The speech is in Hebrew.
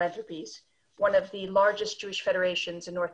האנטישמיות רק גוברת ואולי